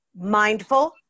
Mindful